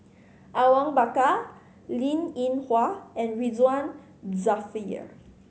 Awang Bakar Linn In Hua and Ridzwan Dzafir